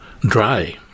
dry